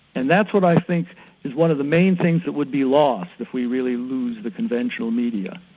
and that's what i think is one of the main things that would be lost if we really lose the conventional media.